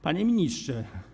Panie Ministrze!